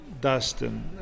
Dustin